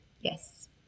Yes